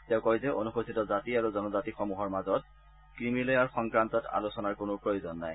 তেওঁ কয় যে অনুসূচিত জাতি আৰু জনজাতিসমূহৰ মাজত ক্ৰিমিলেয়াৰ সংক্ৰান্তত আলোচনাৰ কোনো প্ৰয়োজন নাই